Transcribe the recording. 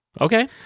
Okay